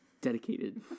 Dedicated